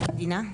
מהמדינה.